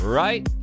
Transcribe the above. right